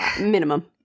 Minimum